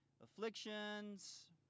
afflictions